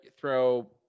Throw